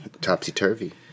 Topsy-turvy